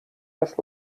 tas